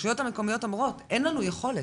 הרשויות המקומיות אומרות: אין לנו יכולת.